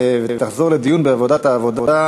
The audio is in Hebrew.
(הגנה לעובדת או עובד העוברים טיפולי פוריות),